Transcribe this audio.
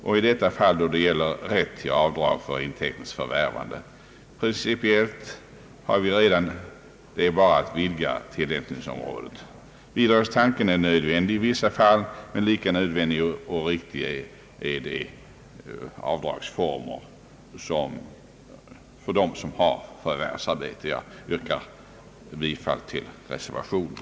Principiellt finns redan rätt till avdrag för intäkternas förvärvande, det gäller bara att vidga tillämpningsområdet. Bidragstanken är nödvändig i vissa fall, men lika nödvändigt är att man skapar avdragsformer för dem som har förvärvsarbete. Jag yrkar bifall till reservationen.